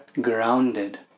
grounded